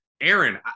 Aaron